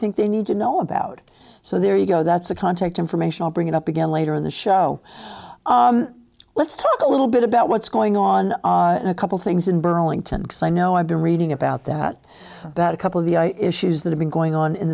think they need to know about so there you go that's the contact information i'll bring it up again later in the show let's talk a little bit about what's going on a couple things in burlington because i know i've been reading about that that a couple of the issues that have been going on in